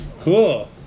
Cool